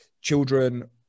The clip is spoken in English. children